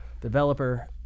developer